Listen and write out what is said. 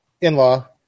in-law